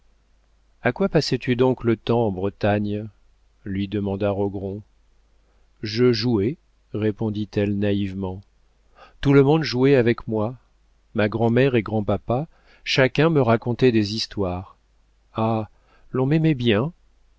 a quoi passais tu donc le temps en bretagne lui demanda rogron je jouais répondit-elle naïvement tout le monde jouait avec moi ma grand'mère et grand-papa chacun me racontait des histoires ah l'on m'aimait bien